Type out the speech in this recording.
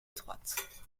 étroite